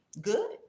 good